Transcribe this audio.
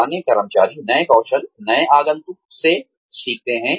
पुराने कर्मचारी नए कौशल नए आगंतुक से सीखते हैं